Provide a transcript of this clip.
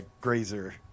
grazer